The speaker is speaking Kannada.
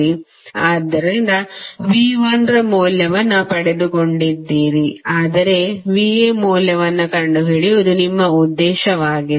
ಆದ್ದರಿಂದ V 1 ಮೌಲ್ಯವನ್ನು ಪಡೆದುಕೊಂಡಿದ್ದೀರಿ ಆದರೆ V A ಮೌಲ್ಯವನ್ನು ಕಂಡುಹಿಡಿಯುವುದು ನಿಮ್ಮ ಉದ್ದೇಶವಾಗಿದೆ